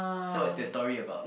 so what's the story about